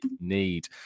need